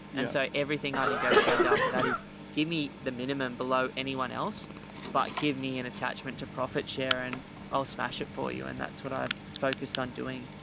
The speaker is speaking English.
and so everything i negotiated down to that is give me the minimum below anyone else but gave me an and attachment to profit share and i'll smash it for you. and that's what i focused on doing.